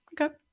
Okay